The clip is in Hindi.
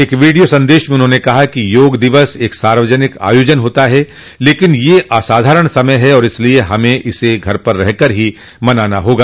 एक वोडियो संदेश में उन्होंने कहा कि योग दिवस एक सार्वजनिक आयोजन होता है लेकिन यह असाधारण समय है और इसलिए हमें इसे घर पर रहकर ही मनाना होगा